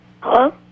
Hello